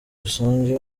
rusange